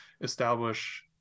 establish